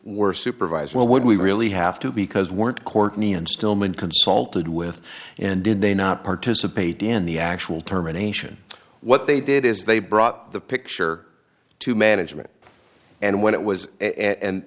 were supervised when would we really have to because weren't courtney and stillman consulted with and did they not participate in the actual terminations what they did is they brought the picture to management and when it was